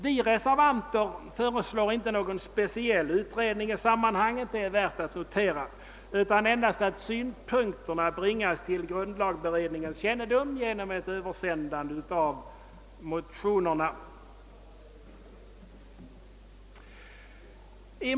Vi reservanter föreslår inte någon speciell utredning i sammanhanget — det är värt att notera — utan endast att synpunkterna bringas till grundlagberedningens kännedom =<genom ett översändande av motionerna.